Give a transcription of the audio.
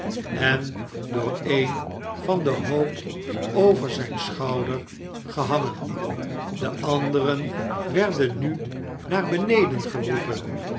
en door een van den hoop over zyn schouder gehangen de anderen werden nu naar beneden geroepen